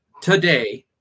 today